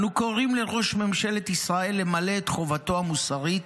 אנו קוראים לראש ממשלת ישראל למלא את חובתו המוסרית,